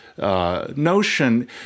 Notion